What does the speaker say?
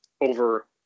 Over